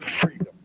Freedom